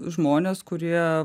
žmonės kurie